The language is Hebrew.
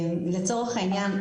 לצורך העניין,